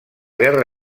guerra